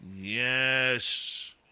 Yes